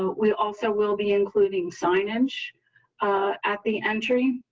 we also will be including sign inch at the entry.